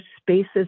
spaces